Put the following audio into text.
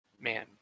man